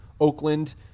Oakland